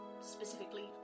specifically